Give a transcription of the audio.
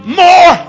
more